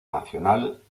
nacional